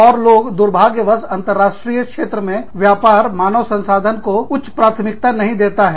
और लोग दुर्भाग्यवश अंतरराष्ट्रीय क्षेत्र में व्यापार मानव संसाधन को उच्च प्राथमिकता नहीं देता है